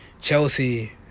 Chelsea